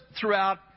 throughout